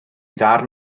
ddarn